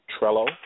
Trello